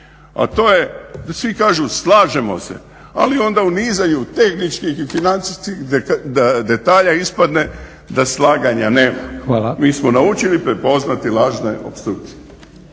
a to je da svi kažu slažemo se, ali onda unizaju tehničkih i financijskih detalja, ispadne da slaganja nema. Mi smo naučili prepoznati lažne opstrukcije.